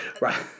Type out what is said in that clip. Right